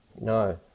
No